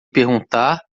perguntar